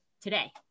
today